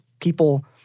people